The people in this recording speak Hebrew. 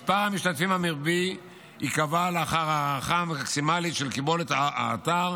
מספר המשתתפים המרבי ייקבע לאחר הערכה מקסימלית של קיבולת האתר